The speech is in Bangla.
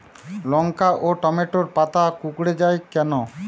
লঙ্কা ও টমেটোর পাতা কুঁকড়ে য়ায় কেন?